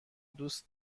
دوست